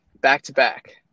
back-to-back